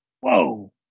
Whoa